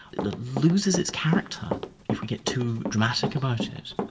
that loses its character if we get too dramatic about it.